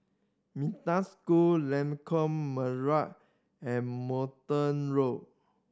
Metta School Lengkok Merak and Multon Road